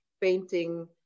painting